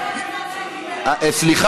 אני יכול להגיד מה אני אומר.